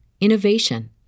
innovation